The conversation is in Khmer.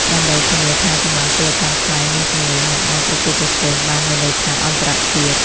ដើម្បីធានាថាកម្លាំងពលកម្មខ្មែរមានជំនាញ និងអាចប្រកួតប្រជែងបាននៅលើឆាកអន្តរជាតិ។